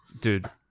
dude